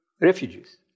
refugees